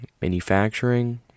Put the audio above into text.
manufacturing